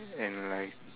and like